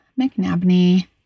McNabney